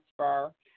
transfer